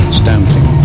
stamping